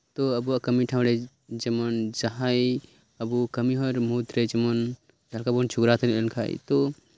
ᱛᱳ ᱟᱵᱚᱣᱟᱜ ᱠᱟᱹᱢᱤ ᱴᱷᱟᱶ ᱨᱮ ᱡᱟᱸᱦᱟᱭ ᱟᱵᱚ ᱠᱟᱹᱢᱤ ᱦᱚᱲ ᱢᱩᱫᱨᱮ ᱡᱮᱢᱚᱱ ᱡᱟᱸᱦᱟ ᱞᱮᱠᱟ ᱵᱚᱱ ᱡᱷᱚᱜᱽᱲᱟ ᱞᱮᱱᱠᱷᱟᱱ ᱛᱳ